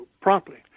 promptly